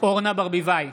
אורנה ברביבאי,